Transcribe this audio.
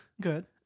Good